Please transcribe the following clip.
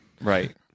Right